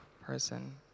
person